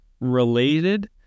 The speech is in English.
related